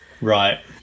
Right